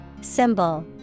Symbol